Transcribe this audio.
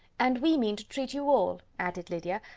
and we mean to treat you all, added lydia,